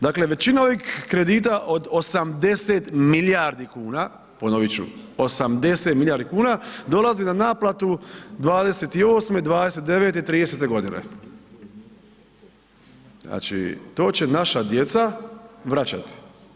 Dakle većina ovih kredita od 80 milijardi kuna, ponovit ću 80 milijardi kuna, dolazi na naplatu '28., '29., '30. godine znači to će naša djeca vraćati.